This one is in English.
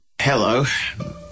Hello